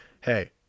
Hey